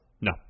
No